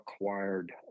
acquired